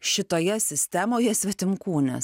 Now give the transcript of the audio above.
šitoje sistemoje svetimkūnis